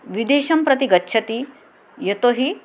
विदेशं प्रति गच्छति यतो हि